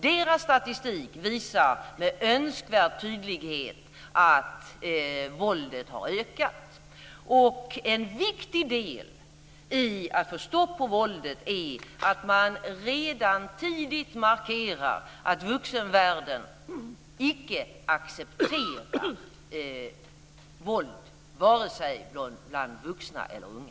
Denna statistik visar med önskvärd tydlighet att våldet har ökat. En viktig del i att få stopp på våldet är att man redan tidigt markerar att vuxenvärlden icke accepterar våld, vare sig bland vuxna eller unga.